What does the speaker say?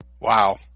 Wow